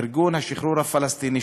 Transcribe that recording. ארגון השחרור הפלסטיני,